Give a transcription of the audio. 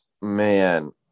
Man